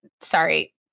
Sorry